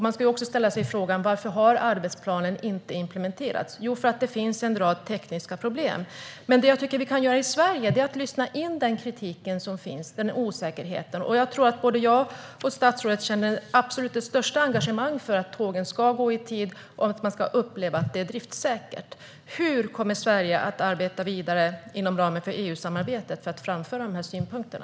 Man ska också ställa sig frågan varför arbetsplanen inte har implementerats. Jo, det är för att det finns en rad tekniska problem. Det jag tycker att vi kan göra i Sverige är att lyssna till den kritik och osäkerhet som finns. Jag tror att både jag och statsrådet känner det största engagemang för att tågen ska gå i tid och för att man ska uppleva att det är driftssäkert. Hur kommer Sverige att arbeta vidare inom ramen för EUsamarbetet för att framföra de här synpunkterna?